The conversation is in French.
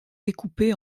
découpée